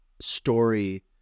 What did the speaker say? story